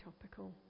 topical